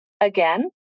again